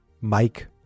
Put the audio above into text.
Mike